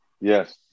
Yes